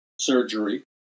surgery